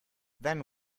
then